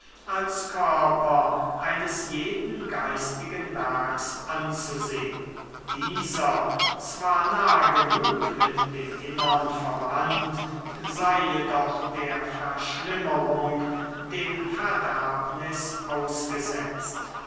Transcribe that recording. als körper eines jeden geistigen werks anzusehn dieser zwar nah genug mit dem innern verwandt sei jedoch der verschlimmerung dem verderbnis ausgesetzt